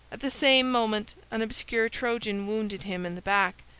at the same moment an obscure trojan wounded him in the back,